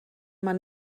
man